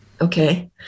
Okay